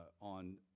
on